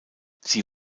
sie